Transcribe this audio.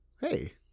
Hey